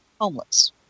homeless